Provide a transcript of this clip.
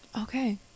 Okay